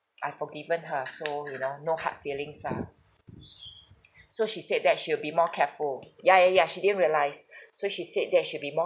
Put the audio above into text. I've forgiven her so you know no hard feelings ah so she said that she will be more careful ya ya ya she didn't realised so she said that she'd be more